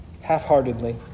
half-heartedly